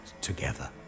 together